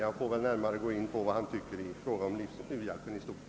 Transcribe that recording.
Han får väl gå närmare in på vad han tycker om livsmedelshjälpen i stort.